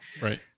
right